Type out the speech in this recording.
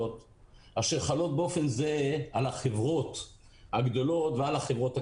אשר חלות באופן זהה על החברות הגדולות ועל החברות הקטנות.